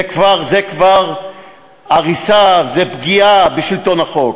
זה כבר, זה כבר הריסה, זה כבר פגיעה בשלטון החוק,